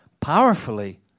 powerfully